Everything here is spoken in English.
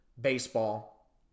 baseball